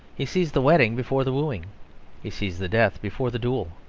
he sees the wedding before the wooing he sees the death before the duel.